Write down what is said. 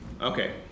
Okay